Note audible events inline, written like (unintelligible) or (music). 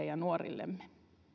(unintelligible) ja nuorillemme